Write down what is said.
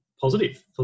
positive